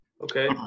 okay